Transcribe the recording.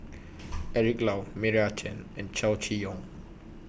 Eric Low Meira Chand and Chow Chee Yong